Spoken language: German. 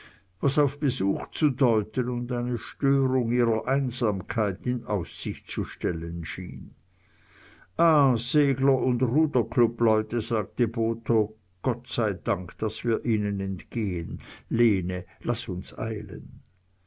was auf besuch zu deuten und eine störung ihrer einsamkeit in aussicht zu stellen schien ah segler und ruderclubleute sagte botho gott sei dank daß wir ihnen entgehen lene laß uns eilen